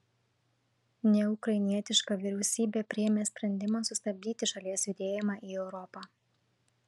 neukrainietiška vyriausybė priėmė sprendimą sustabdyti šalies judėjimą į europą